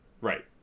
Right